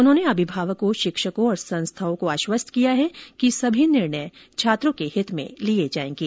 उन्होंने अभिभावकों शिक्षकों और संस्थाओं को आश्वस्त किया है कि सभी निर्णय छात्रों के हित में लिए जाएंगे